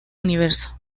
universo